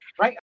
right